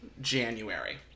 January